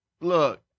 look